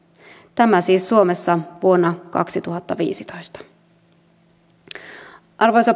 tämä siis suomessa vuonna kaksituhattaviisitoista arvoisa